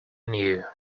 knew